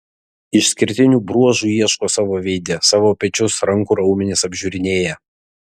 išskirtinių bruožų ieško savo veide savo pečius rankų raumenis apžiūrinėja